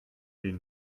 den